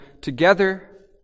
together